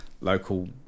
local